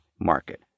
market